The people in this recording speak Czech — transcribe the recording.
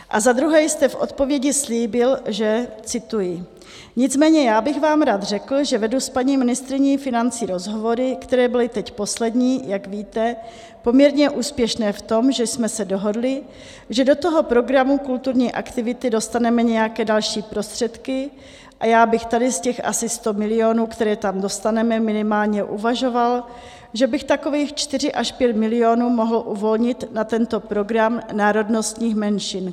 A za druhé jste v odpovědi slíbil, že cituji: nicméně já bych vám rád řekl, že vedu s paní ministryní financí rozhovory, které byly teď poslední, jak víte, poměrně úspěšné v tom, že jsme se dohodli, že do toho programu kulturní aktivity dostaneme nějaké další prostředky, a já bych tady z těch asi 100 milionů, které tam dostaneme, minimálně uvažoval, že bych takových 4 až 5 milionů mohl uvolnit na tento program národnostních menšin.